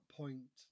point